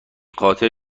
خاطر